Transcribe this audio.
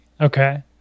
okay